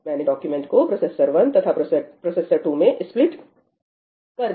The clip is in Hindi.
मैंने डॉक्यूमेंट को प्रोसेसर 1 तथा प्रोसेसर 2 में स्प्लिट कर दिया